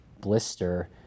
blister